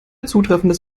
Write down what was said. zutreffendes